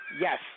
Yes